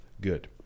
Good